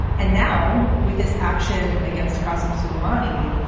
and now with this action against kassams khulumani,